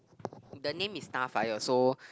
the name is Starfire so